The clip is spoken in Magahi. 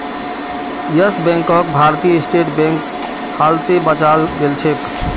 यस बैंकक भारतीय स्टेट बैंक हालते बचाल गेलछेक